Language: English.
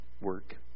work